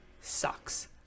sucks